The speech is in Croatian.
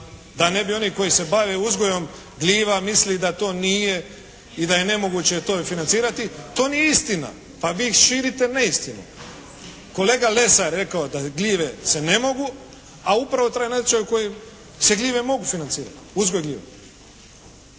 da ne bi oni koji se bave uzgojom gljiva mislili da to nije i da je nemoguće to financirati, to nije istina, pa vi širite neistinu. Kolega Lesar je rako da gljive se ne mogu, a upravo traje natječaj u kojem se gljive mogu financirati, uzgoj gljiva.